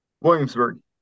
Williamsburg